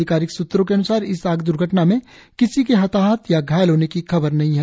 अधिकारिक सूत्रों के अन्सार इस आग द्र्घटना में किसी के हताहत या घायल होने की खबर नहीं है